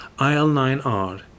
IL-9R